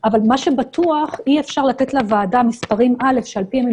אבל מה שבטוח הוא שאי-אפשר לתת לוועדה מספרים שעל פיהם הם